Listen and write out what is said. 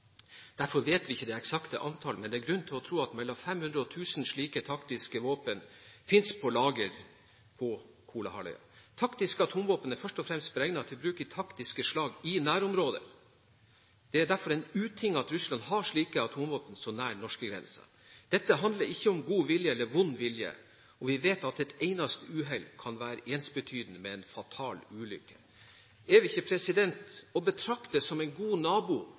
Derfor vet vi ikke det eksakte antall, men det er grunn til å tro at mellom 500 og 1 000 slike taktiske våpen finnes på lager på Kolahalvøya. Taktiske atomvåpen er først og fremst beregnet til bruk i taktiske slag i nærområder. Det er derfor en uting at Russland har slike atomvåpen så nær norskegrensen. Dette handler ikke om god vilje eller vond vilje, og vi vet at ett eneste uhell kan være ensbetydende med en fatal ulykke. Er vi ikke å betrakte som en god nabo,